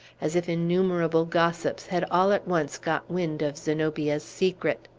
as if innumerable gossips had all at once got wind of zenobia's secret.